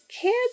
kids